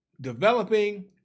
developing